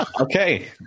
Okay